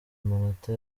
amanota